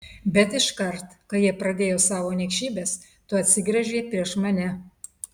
bet iškart kai jie pradėjo savo niekšybes tu atsigręžei prieš mane